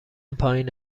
پایین